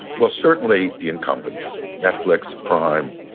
well, certainly the incumbents. netflix, prime,